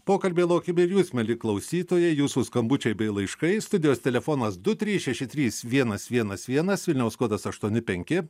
pokalby laukiami ir jūs mieli klausytojai jūsų skambučiai bei laiškais studijos telefonas du trys šeši trys vienas vienas vienas vilniaus kodas aštuoni penki